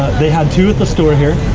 they had two at the store here.